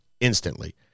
instantly